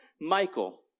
Michael